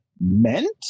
meant